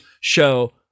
show